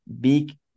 big